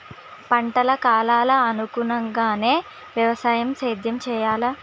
పంటల కాలాలకు అనుగుణంగానే వ్యవసాయ సేద్యం చెయ్యాలా?